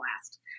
last